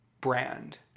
brand